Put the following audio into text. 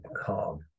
calm